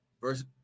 Verse